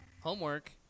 Homework